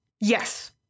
Yes